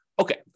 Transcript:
Okay